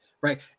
Right